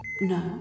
No